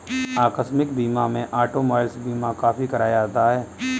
आकस्मिक बीमा में ऑटोमोबाइल बीमा काफी कराया जाता है